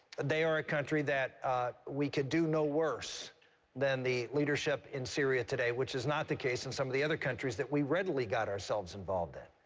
they are a country that we can do no worse than the leadership in syria today, which is not the case, and some of the other countries that we readily got ourselves involved in.